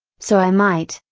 so i might,